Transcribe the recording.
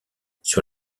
sur